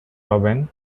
robin